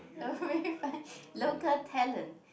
you're very funny local talent